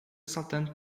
saltando